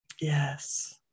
Yes